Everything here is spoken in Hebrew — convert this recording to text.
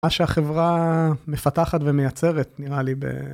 מה שהחברה מפתחת ומייצרת נראה לי ב...